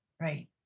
right